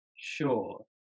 Sure